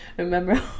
Remember